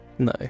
No